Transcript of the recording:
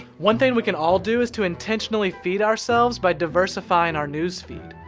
one thing we can all do is to intentionally feed ourselves by diversifying our news feed.